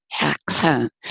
accent